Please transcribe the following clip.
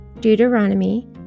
Deuteronomy